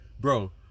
bro